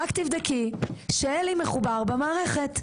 רק תבדקי שאלי מחובר במערכת'.